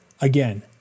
Again